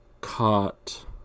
caught